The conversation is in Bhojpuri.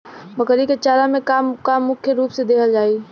बकरी क चारा में का का मुख्य रूप से देहल जाई?